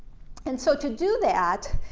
and so to do that,